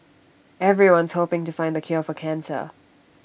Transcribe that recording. everyone's hoping to find the cure for cancer